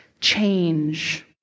change